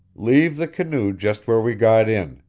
leave the canoe just where we got in,